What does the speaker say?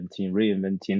reinventing